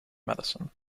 medicine